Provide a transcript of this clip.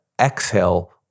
exhale